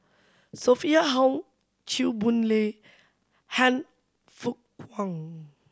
Sophia Hull Chew Boon Lay Han Fook Kwang